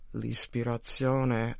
l'ispirazione